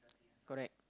correct